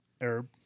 Arab